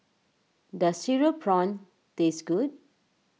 does Cereal Prawns taste good